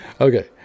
Okay